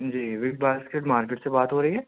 جی big basket market سے